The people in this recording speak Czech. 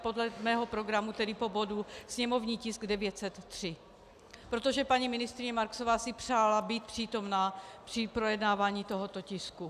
Podle mého programu tedy po bodu sněmovní tisk 903, protože paní ministryně Marksová si přála být přítomna při projednávání tohoto tisku.